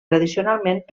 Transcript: tradicionalment